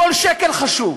כל שקל חשוב,